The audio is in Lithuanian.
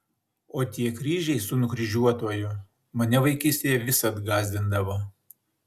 o tie kryžiai su nukryžiuotuoju mane vaikystėje visad gąsdindavo